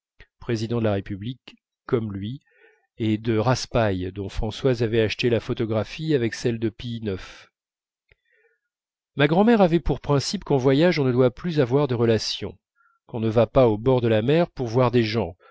président de la république comme lui et de raspail dont françoise avait acheté la photographie avec celle de pie ix ma grand'mère avait pour principe qu'en voyage on ne doit plus avoir de relations qu'on ne va pas au bord de la mer pour voir des gens